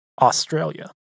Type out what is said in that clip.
Australia